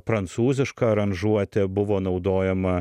prancūziška aranžuotė buvo naudojama